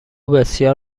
بسیار